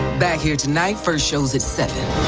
back here tonight, first show's at seven.